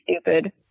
stupid